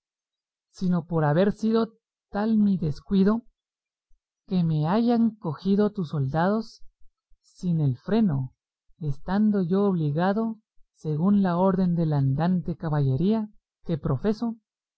sino por haber sido tal mi descuido que me hayan cogido tus soldados sin el freno estando yo obligado según la orden de la andante caballería que profeso